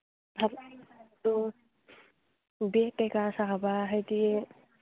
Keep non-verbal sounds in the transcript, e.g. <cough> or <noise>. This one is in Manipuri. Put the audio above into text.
<unintelligible> ꯑꯗꯨ ꯕꯦꯛ ꯀꯔꯤ ꯀꯔꯥ ꯁꯥꯕ ꯍꯥꯏꯕꯗꯤ